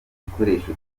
igikoresho